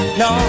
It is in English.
no